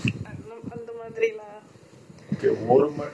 அப்பறம் இன்னொன்னு சொல்ல மறந்துட்டேனே:apram innonnu solla maranthutene